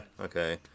okay